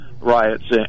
riots